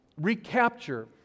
recapture